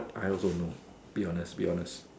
I also know be honest be honest